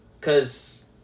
cause